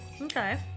Okay